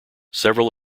several